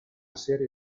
serie